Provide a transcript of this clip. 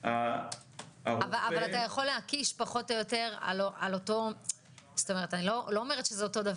אבל אתה יכול להקיש אני לא אומרת שזה זהה,